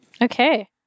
Okay